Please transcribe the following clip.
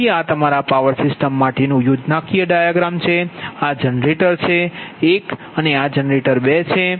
તેથી આ તમારા પાવર સિસ્ટમ માટેનો યોજનાકીય ડાયાગ્રામ છે અને આ જનરેટરછે 1 અને જનરેટર 2 છે